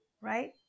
right